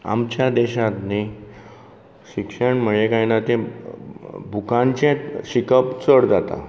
आमच्या देशांत न्ही शिक्षण म्हळें कांय ना ते बुकांचें शिकप चड जाता